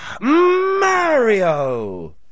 Mario